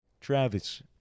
Travis